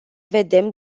vedem